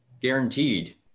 guaranteed